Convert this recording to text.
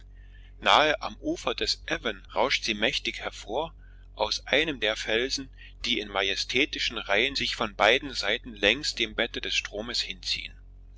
nahe am ufer des avon rauscht sie mächtig hervor aus einem der felsen die in majestätischen reihen sich von beiden seiten längs dem bette des stroms hinziehen